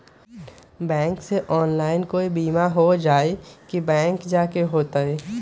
Bank से online कोई बिमा हो जाई कि बैंक जाए के होई त?